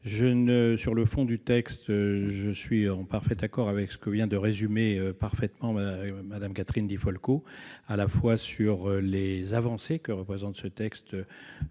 Sur le fond, je suis en parfait accord avec ce que vient de résumer parfaitement Mme Catherine Di Folco sur les avancées que représente ce texte